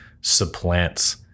supplants